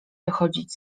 wychodzić